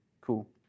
Cool